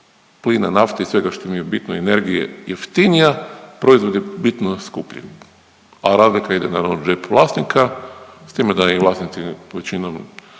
plina, nafte i svega što im je bitno, energije, jeftinija, proizvod je bitno skuplji, a razlika ide naravno u džep vlasnika s time da i vlasnici većinom